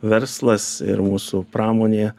verslas ir mūsų pramonėje